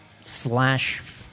slash